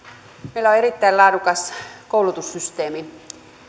meillä on erittäin laadukas koulutussysteemi